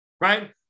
right